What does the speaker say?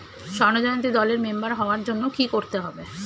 স্বর্ণ জয়ন্তী দলের মেম্বার হওয়ার জন্য কি করতে হবে?